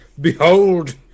Behold